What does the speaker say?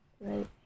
Right